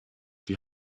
die